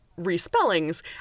respellings